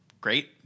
great